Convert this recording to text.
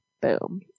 Boom